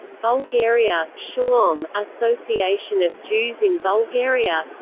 bulgaria shalom association of jews in bulgaria